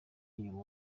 inyuma